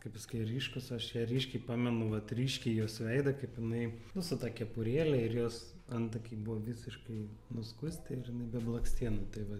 kai pasakei ryškūs aš ją ryškiai pamenu vat ryškiai jos veidą kaip jinai nu su ta kepurėle ir jos antakiai buvo visiškai nuskusti ir be blakstienų tai va